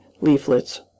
leaflets